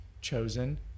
chosen